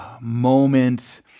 moment